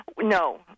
No